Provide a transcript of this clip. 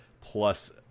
plus